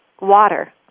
water